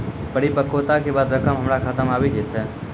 परिपक्वता के बाद रकम हमरा खाता मे आबी जेतै?